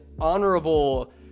honorable